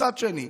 מצד שני,